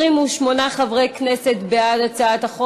בלעדיהם לא הייתי עושה את זה: לרועי וולף,